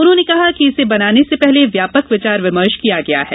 उन्होंने कहा कि इसे बनाने से पहले व्यापक विचार विमर्श किया गया है